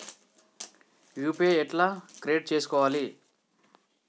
UPI ఎట్లా create చేసుకోవాలి?